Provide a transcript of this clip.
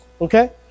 Okay